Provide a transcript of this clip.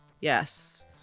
Yes